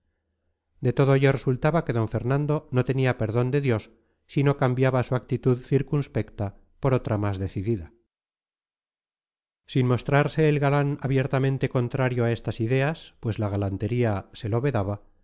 de todo ello resultaba que d fernando no tenía perdón de dios si no cambiaba su actitud circunspecta por otra más decidida sin mostrarse el galán abiertamente contrario a estas ideas pues la galantería se lo vedaba